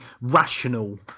rational